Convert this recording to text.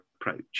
approach